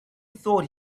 thought